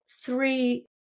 three